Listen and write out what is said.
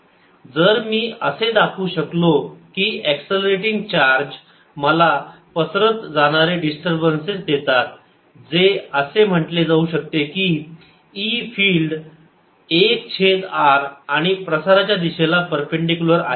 जर मी असे दाखवू शकलो की एक्ससेलरेटिंग चार्ज मला पसरत जाणारे डिस्टर्बन्स देतात जे असे म्हटले जाऊ शकते की E फिल्ड 1 छेद r आणि प्रसाराच्या दिशेला परपेंडीकुलर आहेत